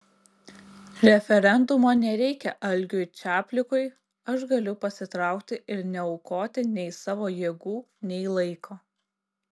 referendumo nereikia algiui čaplikui aš galiu pasitraukti ir neaukoti nei savo jėgų nei laiko